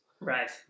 right